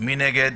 מי נגד?